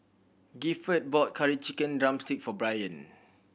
Gifford bought Curry Chicken drumstick for Brian